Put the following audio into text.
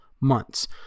months